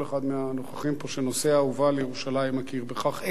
כל אחד מהנוכחים פה שנוסע ובא לירושלים מכיר בכך,